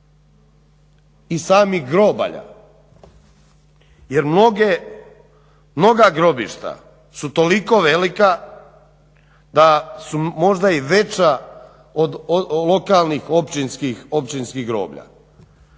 i samih groblja. Jer mnoga grobišta su toliko velika da su možda i veća od lokalnih općinskih groblja